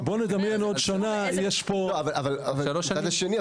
מהצד השני,